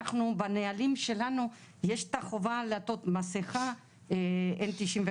בנהלים שלנו יש את החובה לעטות מסיכה N-95,